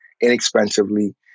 inexpensively